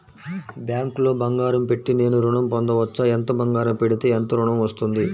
బ్యాంక్లో బంగారం పెట్టి నేను ఋణం పొందవచ్చా? ఎంత బంగారం పెడితే ఎంత ఋణం వస్తుంది?